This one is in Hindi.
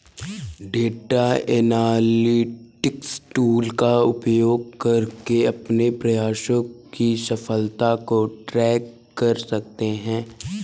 डेटा एनालिटिक्स टूल का उपयोग करके अपने प्रयासों की सफलता को ट्रैक कर सकते है